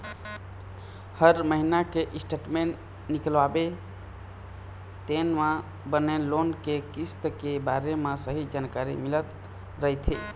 हर महिना के स्टेटमेंट निकलवाबे तेन म बने लोन के किस्त के बारे म सहीं जानकारी मिलत रहिथे